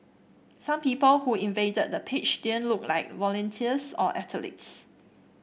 some people who invaded the pitch didn't look like volunteers or athletes